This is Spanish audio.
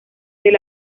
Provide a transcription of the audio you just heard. del